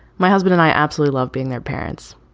my husband and i absolutely love being their parents.